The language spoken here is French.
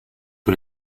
que